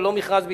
ללא מכרז,